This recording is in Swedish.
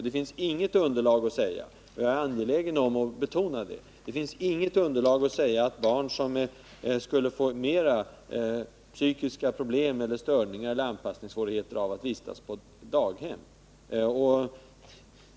Det finns inget underlag för att säga — jag är angelägen om att betona det — att barn skulle få ökade psykiska problem eller störningar eller anpassningssvårigheter av att vistas på daghem.